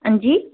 हां जी